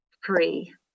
free